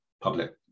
public